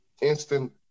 instant